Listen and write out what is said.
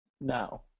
now